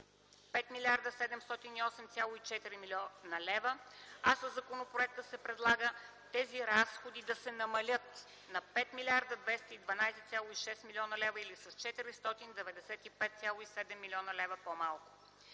5 млрд. 708,4 млн. лв., а със законопроекта се предлага тези разходи да се намалят на 5 млрд. 212,6 млн. лв. или с 495,7 млн. лв. по-малко.